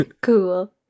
cool